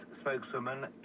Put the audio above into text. spokeswoman